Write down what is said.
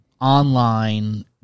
online